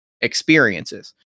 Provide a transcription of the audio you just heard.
experiences